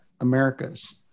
Americas